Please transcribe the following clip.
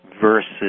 versus